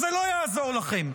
זה לא יעזור לכם.